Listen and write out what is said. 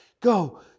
go